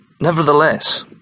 Nevertheless